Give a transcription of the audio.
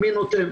מי נותן?